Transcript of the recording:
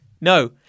no